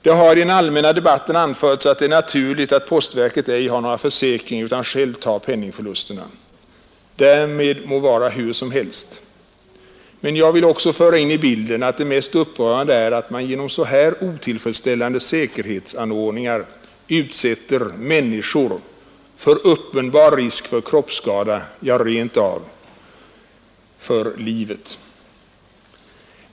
Det har i den allmänna debatten anförts att det är naturligt att postverket ej har någon försäkring utan att verket självt tar penningförlusterna. Därmed må vara hur som helst, men jag vill också föra in i bilden att det mest upprörande är att man genom så här otillfredsställande säkerhetsanordningar utsätter människor för uppenbar risk för kroppsskada — ja, rent av risk för livet.